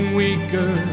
weaker